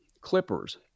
Clippers